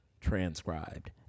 transcribed